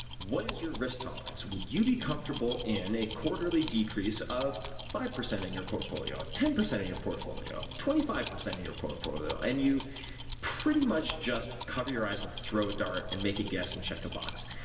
what is your risk tolerance? would you be comfortable in a quarterly decrease of five percent in your portfolio, of ten percent in your portfolio, twenty five percent in your portfolio? and you pretty much just cover your eyes and throw a dart, and make a guess and check a box.